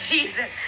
Jesus